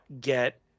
get